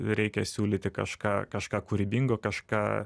reikia siūlyti kažką kažką kūrybingo kažką